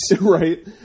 Right